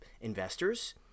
investors